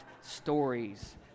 stories